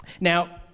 Now